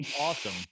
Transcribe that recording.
Awesome